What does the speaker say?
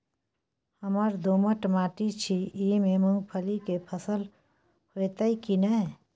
हमर दोमट माटी छी ई में मूंगफली के फसल होतय की नय?